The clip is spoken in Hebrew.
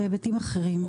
בהיבטים אחרים.